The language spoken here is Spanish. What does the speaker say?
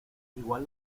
igual